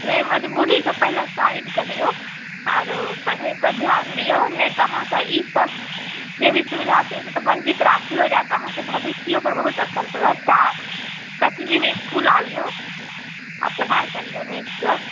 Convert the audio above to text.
नहि मजबूरी कऽ पहिला साइड करिऔ आरो पढ़ै पर ध्यान दिऔ नहि तऽ अहाँक ई सभ टी वी सुबिधा से बञ्चित राखलो जाएत अहाँके भविष्यो पर बहुत असर पड़त तै प्रतिदिन इसकूल आबियौ आ पढ़ाइ करिऔ नीकसँ